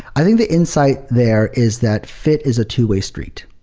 i think the insight there is that fit is a two-way street.